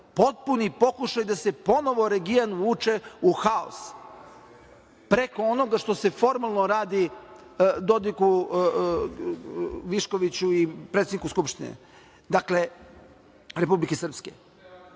potpuni pokušaj da se ponovo region uvuče u haos preko onoga što se formalno radi Dodiku, Viškoviću i predsedniku Skupštine Republike Srpske.